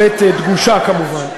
הבי"ת דגושה, כמובן.